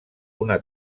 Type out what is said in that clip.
una